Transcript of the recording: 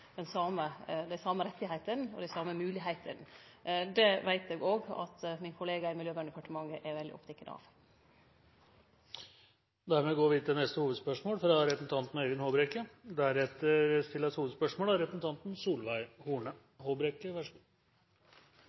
dei same rettane og moglegheitene. Det veit eg at òg min kollega i Miljøverndepartementet er veldig oppteken av. Vi går til neste